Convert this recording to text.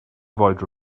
avoid